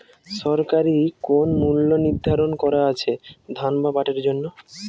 সরকারি কোন মূল্য নিধারন করা আছে ধান বা পাটের জন্য?